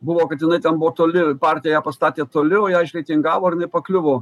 buvo kad jinai ten buvo toli partija ją pastatė toli o ją išreitingavo ir jinai pakliuvo